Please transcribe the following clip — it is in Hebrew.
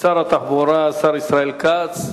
תודה לשר התחבורה ישראל כץ.